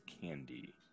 candy